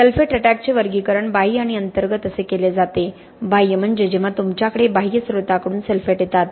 sulphate अटॅकचे वर्गीकरण बाह्य आणि अंतर्गत असे केले जाते बाह्य म्हणजे जेव्हा तुमच्याकडे बाह्य स्त्रोताकडून सल्फेट येतात